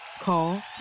Call